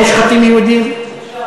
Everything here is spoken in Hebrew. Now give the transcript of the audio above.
אין מושחתים יהודים?